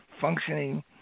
functioning